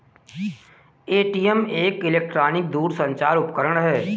ATM एक electronic दूरसंचार उपकरण है